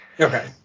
Okay